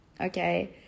Okay